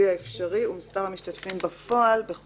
תכתבי בפרוטוקול שהייתי ציני.